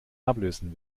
ablösen